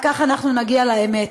רק כך אנחנו נגיע לאמת.